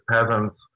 peasants